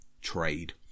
trade